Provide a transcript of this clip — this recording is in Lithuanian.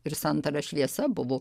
ir santara šviesa buvo